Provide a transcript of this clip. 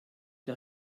der